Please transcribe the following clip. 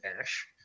Ash